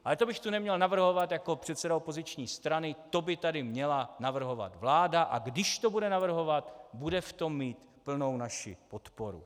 Ale to bych tu neměl navrhovat jako předseda opoziční strany, to by tady měla navrhovat vláda, a když to bude navrhovat, bude v tom mít naši plnou podporu.